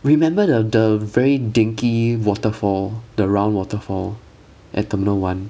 remember the the very dangly waterfall the round waterfall at terminal one